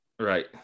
right